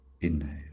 inhale